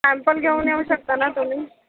sample घेऊन येऊ शकता ना तुम्ही